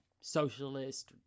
socialist